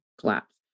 collapse